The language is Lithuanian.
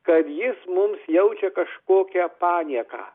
kad jis mums jaučia kažkokią panieką